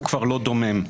הוא כבר לא דומם.